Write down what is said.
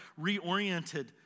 reoriented